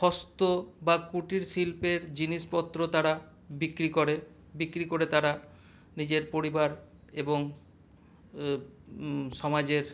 হস্ত বা কুটির শিল্পের জিনিসপত্র তারা বিক্রি করে বিক্রি করে তারা নিজের পরিবার এবং সমাজের